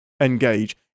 engage